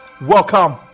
Welcome